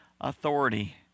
authority